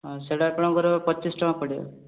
ହଁ ସେଇଟା ଆପଣଙ୍କର ପଚିଶ ଟଙ୍କା ପଡ଼ିବ